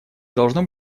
должно